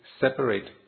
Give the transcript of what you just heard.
separate